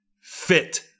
fit